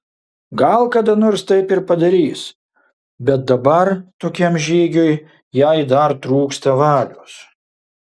gal kada nors taip ir padarys bet dabar tokiam žygiui jai dar trūksta valios